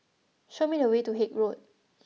show me the way to Haig Road